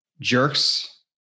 jerks